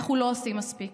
אנחנו לא עושים מספיק.